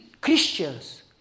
Christians